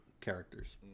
characters